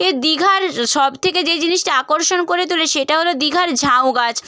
এ দীঘার সবথেকে যে জিনিসটা আকর্ষণ করে তোলে সেটা হলো দীঘার ঝাউগাছ